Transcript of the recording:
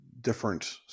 different